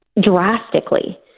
drastically